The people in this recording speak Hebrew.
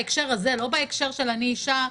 בהקשר הזה ולא בהקשר של אני אישה,